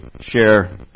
share